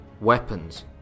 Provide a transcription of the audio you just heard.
weapons